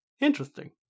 Interesting